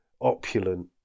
opulent